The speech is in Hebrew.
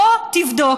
בוא תבדוק.